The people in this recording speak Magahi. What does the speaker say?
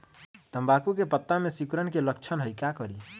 तम्बाकू के पत्ता में सिकुड़न के लक्षण हई का करी?